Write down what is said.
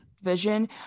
Vision